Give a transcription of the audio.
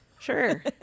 Sure